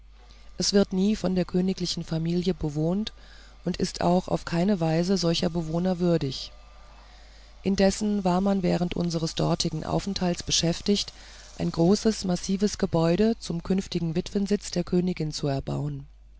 es wird nie von der königlichen familie bewohnt und ist auch auf keine weise solcher bewohne würdig indessen war man während unseres dortigen aufenthalts beschäftigt ein großes massives gebäude zum künftigen witwensitz der königin zu erbauen